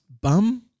bum